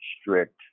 strict